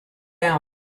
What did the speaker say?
down